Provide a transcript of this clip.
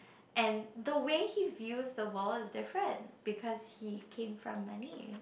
and the way he views the world is different because he came from money